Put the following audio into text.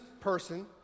person